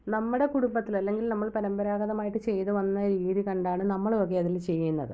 നമ്മുടെ കുടുംബത്തില് അല്ലെങ്കിൽ നമ്മള് പരമ്പരാഗതമായിട്ട് ചെയ്ത് വന്ന രീതി കണ്ടാണ് നമ്മളുവൊക്കെ അതിൽ ചെയ്യുന്നത്